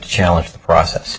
challenged the process